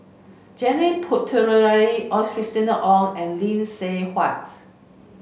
Janil Puthucheary Christina Ong and Lee Seng Huat